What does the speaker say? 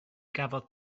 gafodd